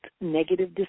negative